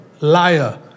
liar